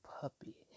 puppy